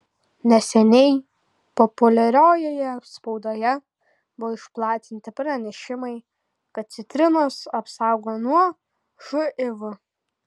neseniai populiariojoje spaudoje buvo išplatinti pranešimai kad citrinos apsaugo nuo živ